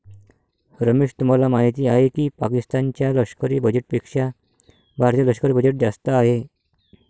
रमेश तुम्हाला माहिती आहे की पाकिस्तान च्या लष्करी बजेटपेक्षा भारतीय लष्करी बजेट जास्त आहे